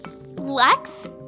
Lex